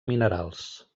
minerals